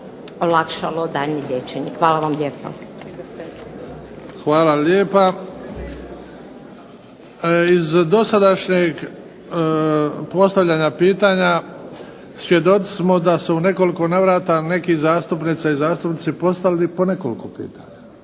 olakšalo daljnje liječenje. Hvala lijepa. **Bebić, Luka (HDZ)** Hvala lijepa. Iz dosadašnjeg postavljanja pitanja svjedoci smo da se u nekoliko navrata neki zastupnice i zastupnici postavili po nekoliko pitanja,